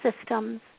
systems